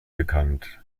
bekannt